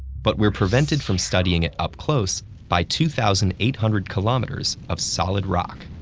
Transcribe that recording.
but we're prevented from studying it up close by two thousand eight hundred kilometers of solid rock.